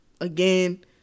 Again